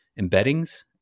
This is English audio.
embeddings